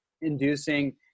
inducing